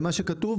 מי שיפגע